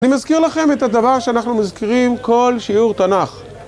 אני מזכיר לכם את הדבר שאנחנו מזכירים כל שיעור תנ״ך.